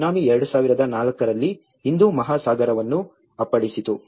tsunami 2004 ರಲ್ಲಿ ಹಿಂದೂ ಮಹಾಸಾಗರವನ್ನು ಅಪ್ಪಳಿಸಿತು